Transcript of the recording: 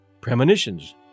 premonitions